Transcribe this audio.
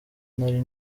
ntari